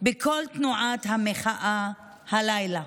בכל תנועת המחאה הלילה.